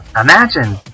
Imagine